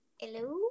Hello